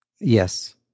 Yes